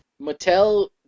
Mattel